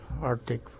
Arctic